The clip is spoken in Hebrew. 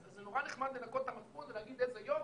אז זה נורא נחמד לנקות את המצפון ולהגיד: איזה יופי,